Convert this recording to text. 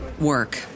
work